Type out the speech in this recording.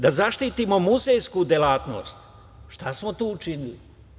Da zaštitimo muzejsku delatnost, šta smo učinili?